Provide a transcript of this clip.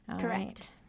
correct